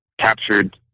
captured